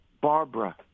barbara